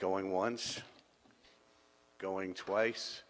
going once going twice